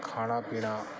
ਖਾਣਾ ਪੀਣਾ